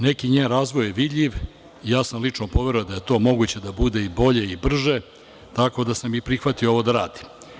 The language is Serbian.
Neki njen razvoj je vidljiv, ja sam lično poverovao da je to moguće da bude i bolje i brže, tako da sam i prihvatio ovo da radim.